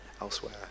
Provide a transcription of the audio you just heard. elsewhere